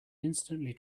instantly